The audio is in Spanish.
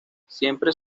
siempre